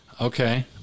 Okay